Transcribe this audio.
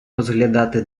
розглядати